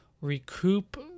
recoup